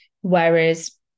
whereas